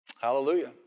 Hallelujah